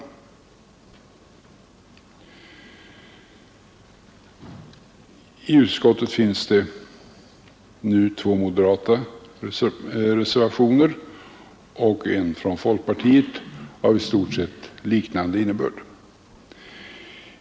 Vid utskottets betänkande har nu fogats en reservation av två moderata utskottsledamöter och en reservation från folkpartiet av i stort sett likartad innebörd.